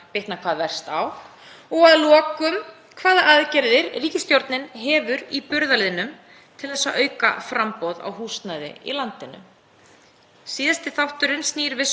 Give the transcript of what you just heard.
Síðasti þátturinn snýr vissulega að langtímaúrræðum sem mikið hefur verið rætt um hér í þinginu en það verður forvitnilegt að heyra hvaða